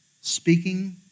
speaking